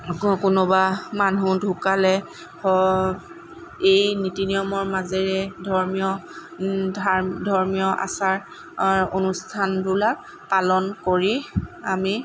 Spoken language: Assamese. আকৌ কোনোবা মানুহ ঢুকালে এই নীতি নিয়মৰ মাজেৰে ধৰ্মীয় ধাৰ ধৰ্মীয় আচাৰ অনুষ্ঠানবিলাক পালন কৰি আমি